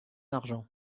argent